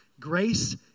Grace